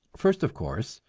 first, of course,